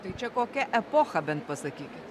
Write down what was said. tai čia kokią epochą bent pasakykit